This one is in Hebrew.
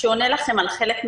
שעונה לכם על חלק מהשאלות.